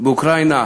באוקראינה